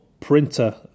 Printer